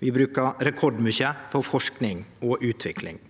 og vi brukar rekordmykje på forsking og utvikling.